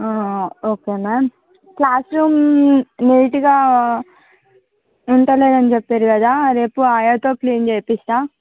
okay ma'am classroom నీటుగా ఉంటలేదని చెప్పిరు కదా రేపు ఆయాతో క్లీన్ చేయిస్తాను